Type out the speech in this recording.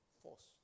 force